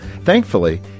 thankfully